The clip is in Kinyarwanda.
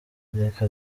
reka